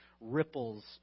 ripples